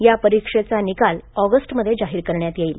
या परीक्षेचा निकाल ऑगस्टमध्ये जाहीर करण्यात येईल